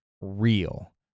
real